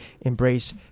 embrace